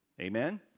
Amen